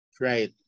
Right